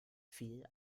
viel